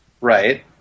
Right